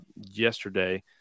yesterday